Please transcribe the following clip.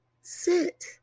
sit